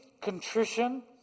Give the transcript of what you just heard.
contrition